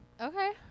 Okay